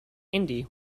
indie